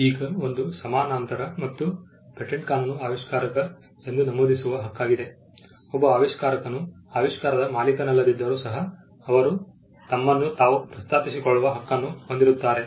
ಈಗ ಒಂದು ಸಮಾನಾಂತರ ಮತ್ತು ಪೇಟೆಂಟ್ ಕಾನೂನು ಆವಿಷ್ಕಾರಕ ಎಂದು ನಮೂದಿಸುವ ಹಕ್ಕಾಗಿದೆ ಒಬ್ಬ ಆವಿಷ್ಕಾರಕನು ಆವಿಷ್ಕಾರದ ಮಾಲೀಕನಲ್ಲದಿದ್ದರೂ ಸಹ ಅವರು ತಮ್ಮನ್ನು ತಾವು ಪ್ರಸ್ತಾಪಿಸಿ ಕೊಳ್ಳುವ ಹಕ್ಕನ್ನು ಹೊಂದಿರುತ್ತಾರೆ